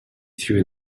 threw